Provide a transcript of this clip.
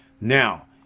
now